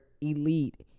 elite